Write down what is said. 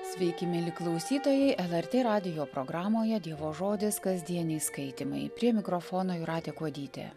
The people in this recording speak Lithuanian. sveiki mieli klausytojai lrt radijo programoje dievo žodis kasdieniai skaitymai prie mikrofono jūratė kuodytė